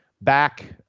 Back